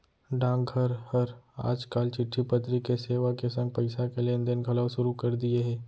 डाकघर हर आज काल चिट्टी पतरी के सेवा के संग पइसा के लेन देन घलौ सुरू कर दिये हे